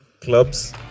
clubs